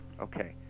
okay